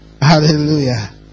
Hallelujah